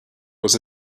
was